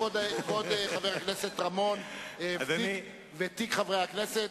כבוד חבר הכנסת רמון, ותיק חברי הכנסת,